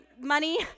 money